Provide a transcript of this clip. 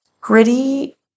gritty